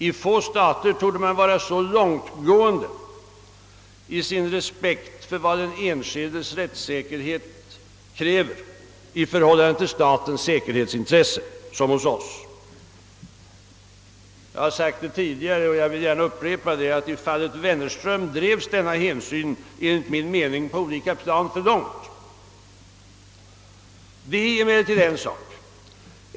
I få stater torde man vara så långtgående i sin respekt för vad den enskildes rättssäkerhetsintresse kräver i förhållande till statens säkershetsintresse som hos oss. Jag har sagt det tidigare, och jag vill gärna upprepa det, att i fallet Wennerström drevs denna hänsyn enligt min mening för långt på olika plan. Men det är en sak.